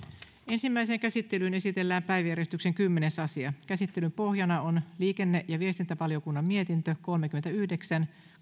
ensimmäiseen käsittelyyn esitellään päiväjärjestyksen kymmenes asia käsittelyn pohjana on liikenne ja viestintävaliokunnan mietintö kolmekymmentäyhdeksän